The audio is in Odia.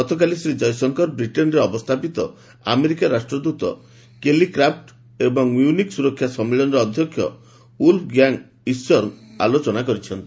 ଗତକାଲି ଶ୍ରୀ ଜୟଶଙ୍କର ବ୍ରିଟେନ୍ରେ ଅବସ୍ଥାପିତ ଆମେରିକା ରାଷ୍ଟ୍ରଦୃତ କେଲିକ୍ରାଫ୍ଟ ଏବଂ ମ୍ୟୁନିକ୍ ସୁରକ୍ଷା ସମ୍ମିଳନୀର ଅଧ୍ୟକ୍ଷ ଉଲ୍ଫ୍ ଗାଙ୍ଗ୍ ଇଣ୍ଟଙ୍ଗର ଆଲୋଚନା କରିଛନ୍ତି